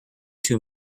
two